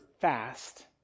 fast